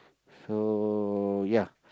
so ya